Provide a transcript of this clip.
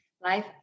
life